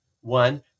one